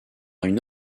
une